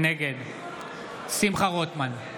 נגד שמחה רוטמן, נגד